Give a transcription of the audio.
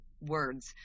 words